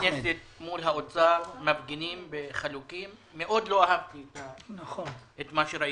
מול האוצר מפגינים בחלוקים מאוד לא אהבתי את מה שראיתי,